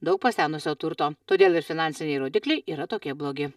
daug pasenusio turto todėl ir finansiniai rodikliai yra tokie blogi